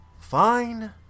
fine